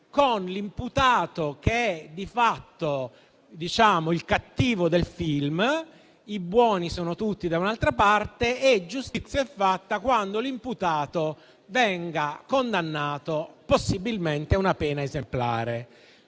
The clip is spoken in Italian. con l'imputato che è, di fatto, il cattivo del film, mentre i buoni sono tutti dall'altra parte, e giustizia è fatta quando l'imputato viene condannato, possibilmente a una pena esemplare,